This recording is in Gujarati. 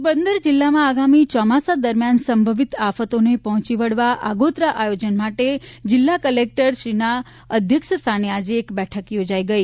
પોરબંદર જિલ્લામાં આગામી ચોમાસા દરમ્યાન સંભવિત આફતોને પહોંચી વળવા આગોતરા આયોજન માટે જિલ્લા કલેકટરશ્રીના અધ્યક્ષસ્થાને આજે બેઠક યોજાઇ ગઈ